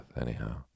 anyhow